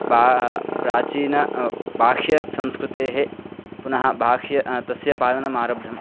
वा प्राचीनायाः भाष्यसंस्कृतेः पुनः बाह्यं तस्य पालनमारब्धं